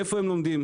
איפה הם לומדים.